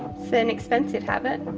its an expensive habit.